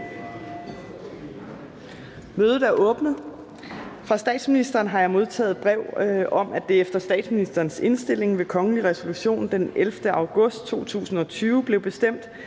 Mødet er åbnet. Fra statsministeren har jeg modtaget brev om, at det efter statsministerens indstilling ved kongelig resolution den 11. august 2020 blev bestemt,